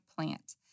plant